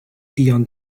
beyond